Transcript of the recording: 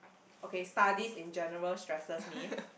okay studies in general stresses me